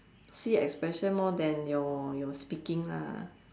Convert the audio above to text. see expression more than your your speaking lah